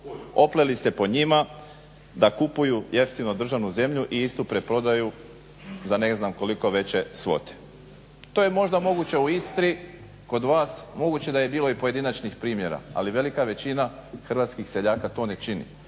Opleli ste po njima da kupuju jeftino državnu zemlju i istu preprodaju za ne znam koliko veće svote. To je možda moguće u Istri kod vas, moguće da je bilo i pojedinačnih primjera, ali velika većina hrvatskih seljaka to ne čini.